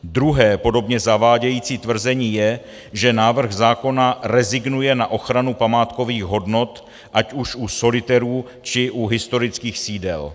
Druhé podobně zavádějící tvrzení je, že návrh zákona rezignuje na ochranu památkových hodnot, ať už u solitérů, či u historických sídel.